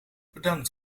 bedankt